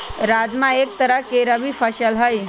राजमा एक तरह के ही रबी फसल हई